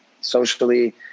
socially